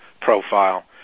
profile